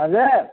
అదే